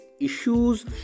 issues